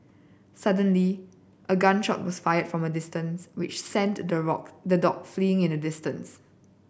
suddenly a gun shot was fired from a distance which sent the the dog fleeing in an distance